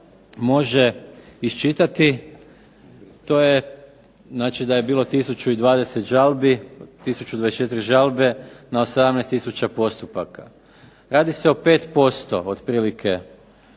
može iščitati, to je, znači da je bilo tisuću i 20 žalbi, tisuću 24 žalbe na 18 tisuća postupaka. Radi se o 5% otprilike